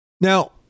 Now